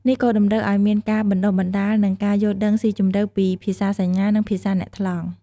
នេះក៏តម្រូវឱ្យមានការបណ្តុះបណ្តាល និងការយល់ដឹងស៊ីជម្រៅពីភាសាសញ្ញា និងភាសាអ្នកថ្លង់ ។